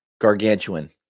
Gargantuan